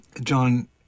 John